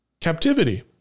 captivity